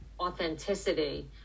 authenticity